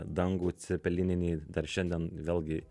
dangų cepelininį dar šiandien vėlgi